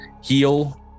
heal